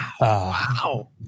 Wow